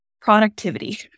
productivity